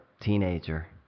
teenager